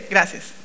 Gracias